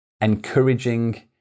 encouraging